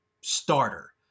starter